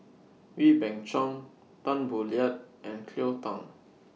Wee Beng Chong Tan Boo Liat and Cleo Thang